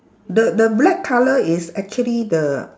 the the black colour is actually the